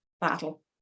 battle